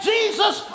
Jesus